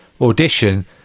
audition